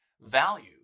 Value